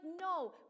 no